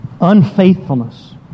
unfaithfulness